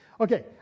Okay